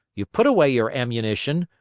you put away your ammunition,